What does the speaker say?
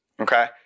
Okay